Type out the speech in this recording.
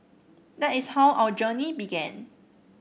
that is how our journey began